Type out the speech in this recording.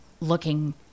looking